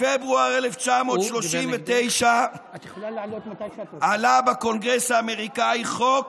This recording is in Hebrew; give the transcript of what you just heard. בפברואר 1939 עלה בקונגרס האמריקאי חוק